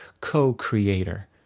co-creator